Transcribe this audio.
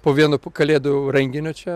po vieno po kalėdų renginio čia